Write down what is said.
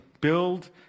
Build